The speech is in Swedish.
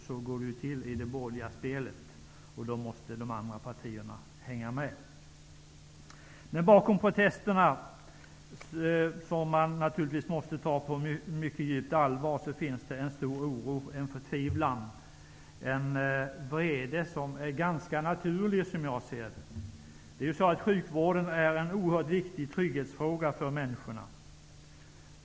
Så går det till i det borgerliga spelet, och då måste de andra partierna hänga med. Men bakom protesterna, som man naturligtvis måste ta på mycket djupt allvar, finns en mycket stark oro och förtvivlan, en vrede vilken, som jag ser det, är ganska naturlig. Sjukvården är en oerhört viktig trygghetsfråga för människorna.